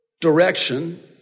direction